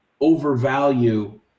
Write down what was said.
overvalue